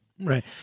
right